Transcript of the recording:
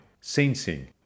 sensing